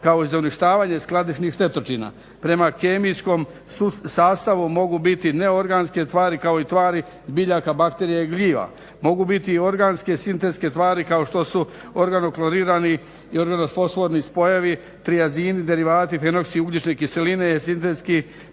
kao i za uništavanje skladišnih štetočina. Prema kemijskom sastavu mogu biti neorganske tvari kao i tvari biljaka, bakterija i gljiva. Mogu biti i organske sintetske tvari kao što su organoklorirani i organofosforni spojevi, triazini, derivati, fenoksi, ugljične kiseline, sintetski